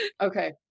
okay